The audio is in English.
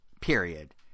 period